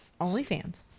OnlyFans